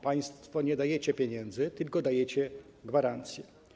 Państwo nie dajecie pieniędzy, tylko dajecie gwarancję.